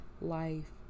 life